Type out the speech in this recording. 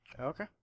Okay